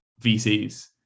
VCs